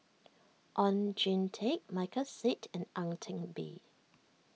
Oon Jin Teik Michael Seet and Ang Teck Bee